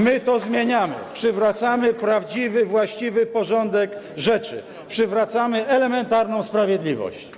My to zmieniamy, przywracamy prawdziwy, właściwy porządek rzeczy, przywracamy elementarną sprawiedliwość.